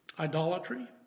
Idolatry